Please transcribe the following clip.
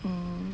orh